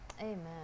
Amen